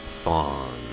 Fawn